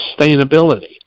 sustainability